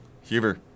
Huber